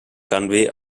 canvi